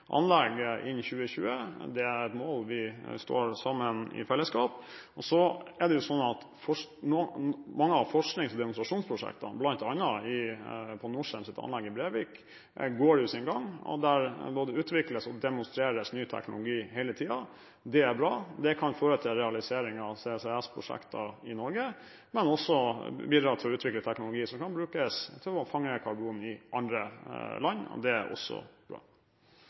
innen 2020, er et mål vi står sammen om. Mange av forsknings- og demonstrasjonsprosjektene, bl.a. på Norcems anlegg i Brevik, går jo sin gang, og der både utvikles og demonstreres ny teknologi hele tiden. Det er bra. Det kan føre til realisering av CCS-prosjekter i Norge, men også bidra til å utvikle teknologi som kan brukes til å fange karbon i andre land, og det er også bra.